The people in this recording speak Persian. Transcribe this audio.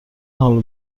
حال